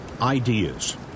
Ideas